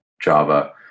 Java